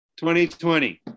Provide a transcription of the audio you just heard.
2020